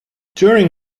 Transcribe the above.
during